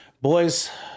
boys